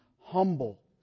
humble